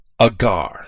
agar